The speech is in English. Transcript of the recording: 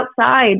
outside